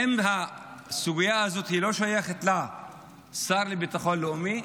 האם הסוגיה הזאת לא שייכת לשר לביטחון לאומי?